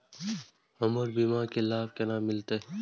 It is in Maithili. हमर बीमा के लाभ केना मिलते?